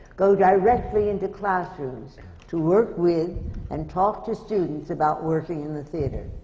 go directly into classrooms to work with and talk to students about working in the theatre.